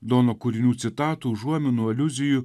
dono kūrinių citatų užuominų aliuzijų